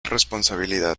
responsabilidad